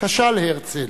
כשל הרצל,